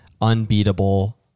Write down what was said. unbeatable